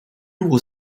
ouvre